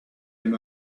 him